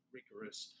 rigorous